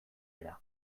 dira